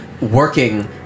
Working